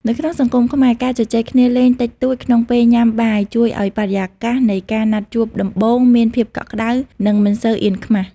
នៅក្នុងសង្គមខ្មែរ ការជជែកគ្នាលេងតិចតួចក្នុងពេលញ៉ាំបាយ ជួយឱ្យបរិយាកាសនៃការណាត់ជួបដំបូងមានភាពកក់ក្ដៅ និងមិនសូវអៀនខ្មាស។